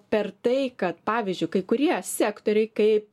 per tai kad pavyzdžiui kai kurie sektoriai kaip